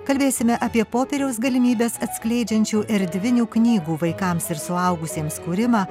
kalbėsime apie popieriaus galimybes atskleidžiančių erdvinių knygų vaikams ir suaugusiems kūrimą